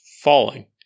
falling